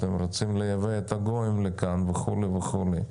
אתם רוצים לייבא את הגויים לכאן וכו' וכו'.